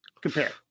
compare